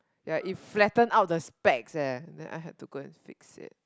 ya it flattened out the specs eh and then I have to go and fix it